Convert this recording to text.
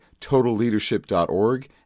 totalleadership.org